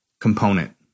component